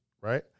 right